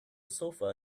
sofa